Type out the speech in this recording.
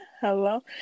hello